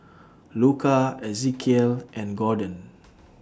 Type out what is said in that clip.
Luka Ezekiel and Gorden